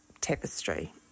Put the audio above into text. tapestry